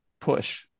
push